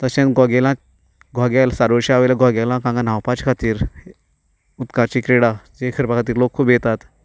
तशें घोगेलांत सारोश्या वेल्या घोगेलांत हांगा न्हांवपाचे खातीर उदकाची करपा खातीर खूब लोक येतात